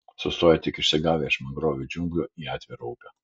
sustojo tik išsigavę iš mangrovių džiunglių į atvirą upę